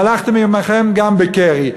והלכתי עמכם גם בקרי.